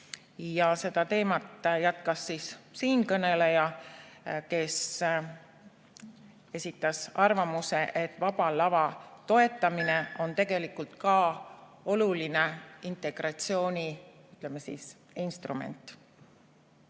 Seda teemat jätkas siinkõneleja, kes esitas arvamuse, et Vaba Lava toetamine on tegelikult ka oluline integratsiooni, ütleme siis, instrument. Suur